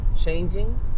changing